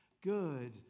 good